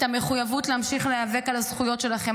את המחויבות להמשיך להיאבק על הזכויות שלכם,